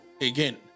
again